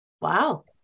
Wow